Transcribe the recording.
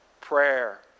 prayer